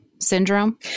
syndrome